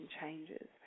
changes